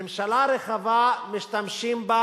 ממשלה רחבה, משתמשים בה